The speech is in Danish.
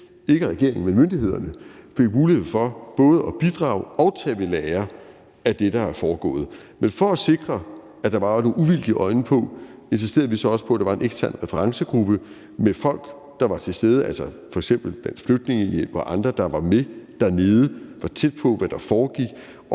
ikke regeringen, men myndighederne – fik mulighed for både at bidrage og tage ved lære af det, der er foregået. Men for at sikre, at der var nogle uvildige øjne på, insisterede vi så også på, at der skal være en intern referencegruppe med folk f.eks. fra Dansk Flygtningehjælp og andre, der er med dernede, og som er tæt på, hvad der foregår,